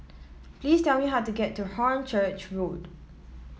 please tell me how to get to Hornchurch Road